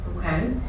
Okay